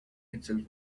itself